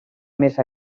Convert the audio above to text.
més